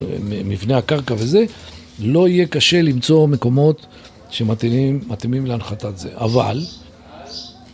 מבנה הקרקע וזה, לא יהיה קשה למצוא מקומות שמתאימים מתאימים להנחתת זה. אבל,